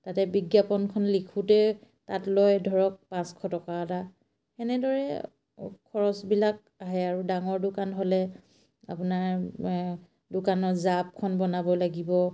তাতে বিজ্ঞাপনখন লিখোঁতে তাত লয় ধৰক পাঁচশ টকা এটা সেনেদৰে খৰচবিলাক আহে আৰু ডাঙৰ দোকান হ'লে আপোনাৰ দোকানৰ জাপখন বনাব লাগিব